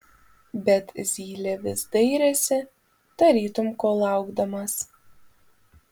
bet zylė vis dairėsi tarytum ko laukdamas